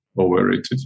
Overrated